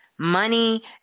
Money